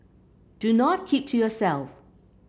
do not keep to yourself